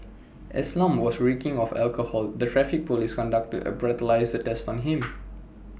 as Lam was reeking of alcohol the traffic Police conducted A breathalyser test on him